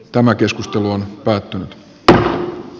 tämä keskustelu on päättynyt k a